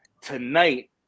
Tonight